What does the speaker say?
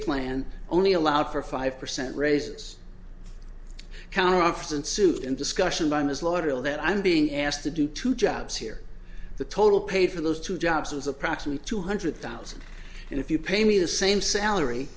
plan only allowed for five percent raises counteroffers and suit and discussion by ms lauderdale that i'm being asked to do two jobs here the total paid for those two jobs was approximately two hundred thousand and if you pay me the same salary